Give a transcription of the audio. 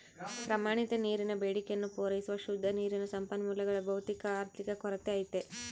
ಪ್ರಮಾಣಿತ ನೀರಿನ ಬೇಡಿಕೆಯನ್ನು ಪೂರೈಸುವ ಶುದ್ಧ ನೀರಿನ ಸಂಪನ್ಮೂಲಗಳ ಭೌತಿಕ ಆರ್ಥಿಕ ಕೊರತೆ ಐತೆ